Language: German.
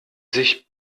sich